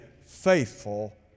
faithful